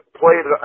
played